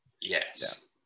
yes